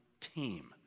team